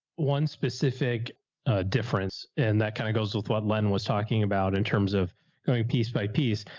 one specific difference. and that kind of goes with what lynn was talking about in terms of going piece by piece.